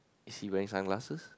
is he wearing sunglasses